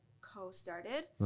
co-started